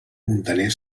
muntaner